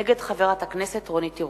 נגד חברת הכנסת רונית תירוש.